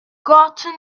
gotten